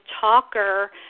talker